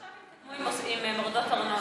רק עכשיו התקדמו עם מורדות-ארנונה.